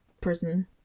prison